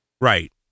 Right